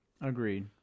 Agreed